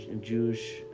Jewish